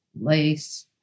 lace